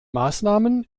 maßnahmen